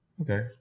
Okay